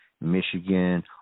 Michigan